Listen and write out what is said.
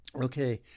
Okay